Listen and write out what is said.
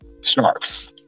sharks